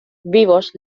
vivos